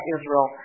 Israel